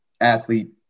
athlete